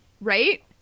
Right